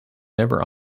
never